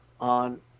on